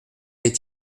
des